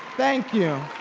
thank you.